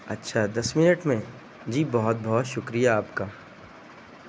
اچھا دس منٹ میں جی بہت بہت شکریہ آپ کا